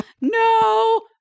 no